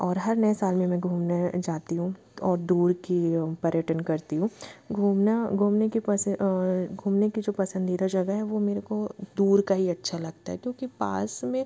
और हर नए साल में मैं घूमने जाती हूँ और दूर की पर्यटन करती हूँ घूमना घूमने के और घूमने के जो पसंदीदा जगह है वो मेरे को दूर का ही अच्छा लगता है क्योंकि पास में